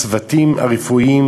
הצוותים הרפואיים,